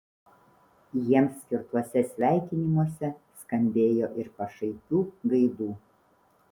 jiems skirtuose sveikinimuose skambėjo ir pašaipių gaidų